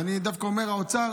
ואני דווקא אומר "האוצר",